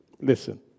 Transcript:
Listen